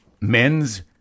men's